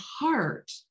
heart